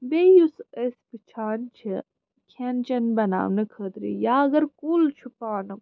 بیٚیہِ یُس أسۍ وُچھان چھِ کھیٚن چیٚن بناونہٕ خٲطرٕ یا اگر کُل چھُ پانہٕ